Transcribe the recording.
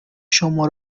شما